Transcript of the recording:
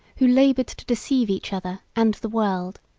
who labored to deceive each other and the world,